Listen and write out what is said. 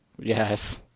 Yes